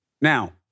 Now